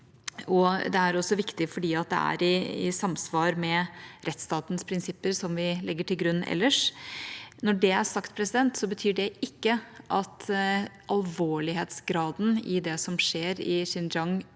det er også viktig fordi det er i samsvar med rettsstatens prinsipper, som vi ellers legger til grunn. Når det er sagt, betyr det ikke at alvorlighetsgraden av det som skjer i Xinjiang